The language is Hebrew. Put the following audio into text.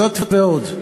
זאת ועוד,